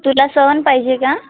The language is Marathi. तुला सवन पाहिजे का